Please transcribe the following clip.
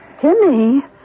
Timmy